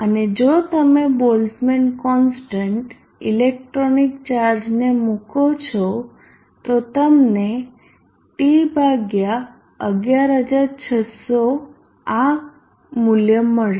અને જો તમે બોલ્ટઝમેન કોન્સ્ટન્ટ ઇલેક્ટ્રોનિક ચાર્જને મૂકો છો તો તમને T ભાગ્યા 11600 આ મૂલ્ય મળશે